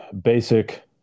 basic